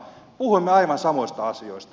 puhuimme aivan samoista asioista